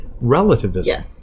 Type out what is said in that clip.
relativism